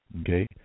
Okay